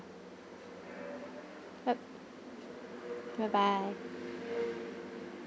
yup bye bye